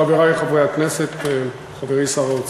חברי חברי הכנסת, חברי שר האוצר,